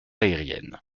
aérienne